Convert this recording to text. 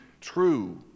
true